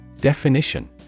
Definition